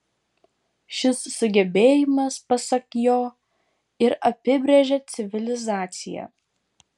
šis sugebėjimas pasak jo ir apibrėžia civilizaciją